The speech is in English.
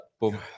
Boom